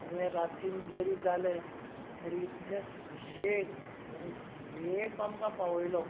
तुवें रातींत जरी जालें तरीय इतलें सुशेग आनी सेफ आमकां पावयलो